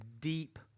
deep